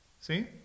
See